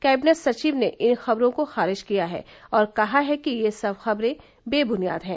cabinet सचिव ने इन खबरों को खारिज किया है और कहा है कि ये सब खबरें बेबुनियाद हैं